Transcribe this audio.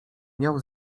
miał